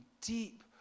deep